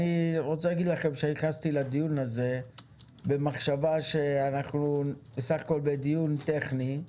נכנסתי לדיון הזה במחשבה שאנחנו בסך הכול בדיון טכני,